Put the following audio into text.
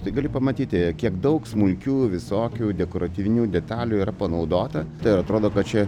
tai gali pamatyti kiek daug smulkių visokių dekoratyvinių detalių yra panaudota tai ir atrodo kad čia